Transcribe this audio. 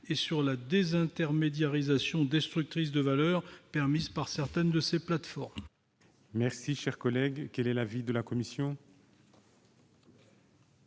et sur la désintermédiarisation destructrice de valeur, permise par certaines de ces plateformes. Quel est l'avis de la commission ?